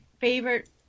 favorite